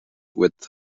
with